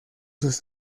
sus